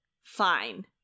fine